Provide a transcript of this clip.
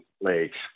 Lakes